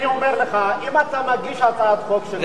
אני אומר לך, אם אתה מגיש הצעת חוק שכזאת,